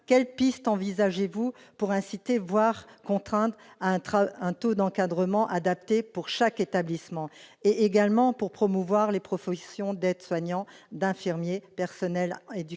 quelles pistes envisagez-vous pour inciter, voire contraindre, à un taux d'encadrement adapté pour chaque établissement, et également pour promouvoir les professions d'aides-soignants, infirmiers, personnels éducatif